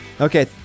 Okay